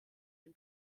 den